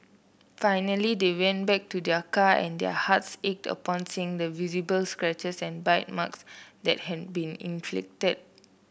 finally they went back to their car and their hearts ached upon seeing the visible scratches and bite marks that had been inflicted